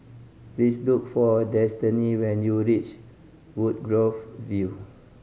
please look for Destini when you reach Woodgrove View